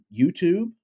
YouTube